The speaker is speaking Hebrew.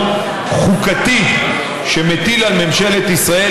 נא להצביע.